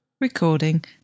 Recording